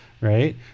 right